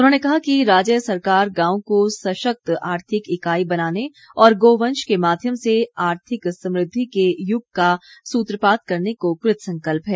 उन्होंने कहा कि राज्य सरकार गांवों को सशक्त आर्थिक इकाई बनाने और गोवंश के माध्यम से आर्थिक समृद्धि के युग का सूत्रपात करने को कृतसंकल्प है